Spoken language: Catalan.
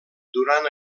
durant